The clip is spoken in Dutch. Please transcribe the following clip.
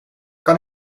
kan